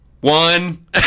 One